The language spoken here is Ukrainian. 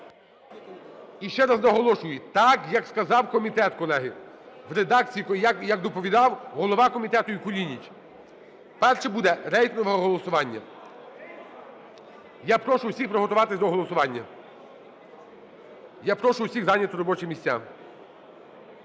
І ще раз наголошую, так як сказав комітет, колеги, в редакції, як доповідав голова комітету і Кулініч. Перше буде рейтингове голосування. Я прошу всіх приготуватись до голосування. Я прошу всіх зайняти робочі місця.